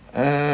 uh